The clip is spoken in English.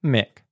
Mick